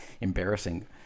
embarrassing